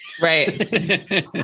Right